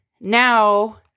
now